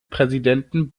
präsidenten